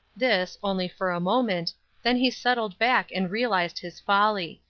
this, only for a moment then he settled back and realized his folly.